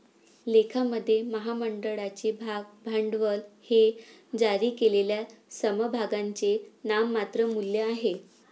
लेखामध्ये, महामंडळाचे भाग भांडवल हे जारी केलेल्या समभागांचे नाममात्र मूल्य आहे